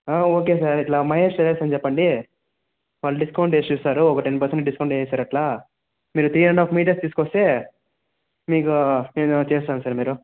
okay sir ఇట్లా Mahesh tailors అని చెప్పండి వాళ్ళు డిస్కౌంట్ వేస్ ఇస్తారు ఒక టెన్ పర్సెంట్ డిస్కౌంట్ వేస్తారు అట్లా మీరు త్రీ అండ్ హాఫ్ మీటర్స్ తీసుకు వస్తే మీకు నేను చేస్తాను సార్ మీరు